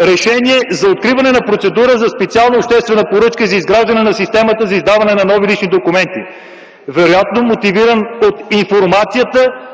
решение за откриване на процедура за специална обществена поръчка за изграждане на системата за издаване на нови лични документи, вероятно мотивиран от информацията